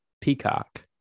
peacock